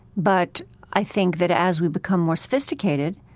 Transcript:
but i think that as we become more sophisticated,